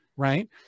right